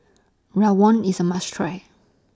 Rawon IS A must Try